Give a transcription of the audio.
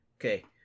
Okay